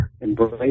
embrace